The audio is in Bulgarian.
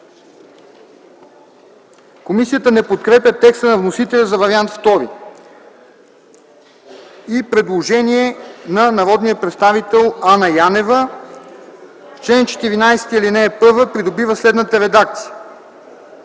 Комисията не подкрепя текста на вносителя за Вариант ІІ. Предложение на народния представител Анна Янева – чл. 14, ал. 1 придобива следната редакция: